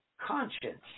conscience